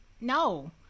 no